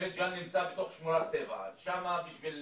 בית ג'ן נמצא בתוך שמורת טבע אז שם בשביל